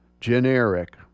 Generic